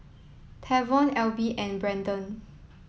Tavon Alby and Brandon